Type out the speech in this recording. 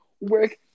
work